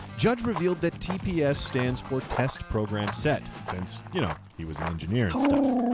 judge revealed that tps stands for test program set, since you know he was an engineer and stuff.